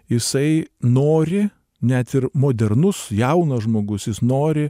jisai nori net ir modernus jaunas žmogus jis nori